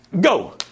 go